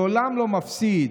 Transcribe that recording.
לעולם לא מפסיד.